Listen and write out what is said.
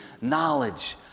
knowledge